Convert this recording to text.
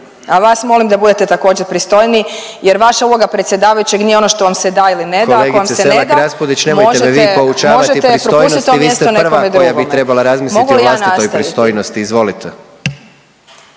A vas molim da budete također pristojniji jer vaša uloga predsjedavajućeg nije ono što vam se da ili ne da… …/Upadica predsjednik: Kolegice Selak Raspudić, nemojte me vi poučavati pristojnosti, vi ste prva koja bi trebala razmisliti o vlastitoj pristojnosti/… …ako